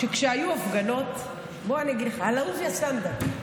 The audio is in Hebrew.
כשהיו הפגנות, בוא, אני אגיד לך, אהוביה סנדק,